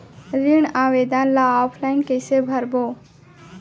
ऋण आवेदन ल ऑफलाइन कइसे भरबो?